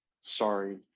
Sorry